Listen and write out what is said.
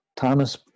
Thomas